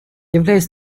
являясь